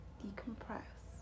decompress